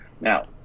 Now